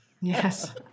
Yes